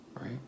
right